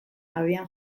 abian